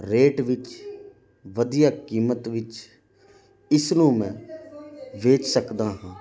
rate ਵਿੱਚ ਵਧੀਆ ਕੀਮਤ ਵਿੱਚ ਇਸ ਨੂੰ ਮੈਂ ਵੇਚ ਸਕਦਾ ਹਾਂ